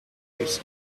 his